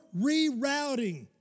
rerouting